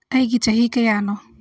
ꯑꯩꯒꯤ ꯆꯍꯤ ꯀꯌꯥꯅꯣ